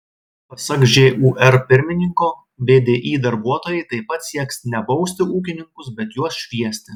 pasak žūr pirmininko vdi darbuotojai taip pat sieks ne bausti ūkininkus bet juos šviesti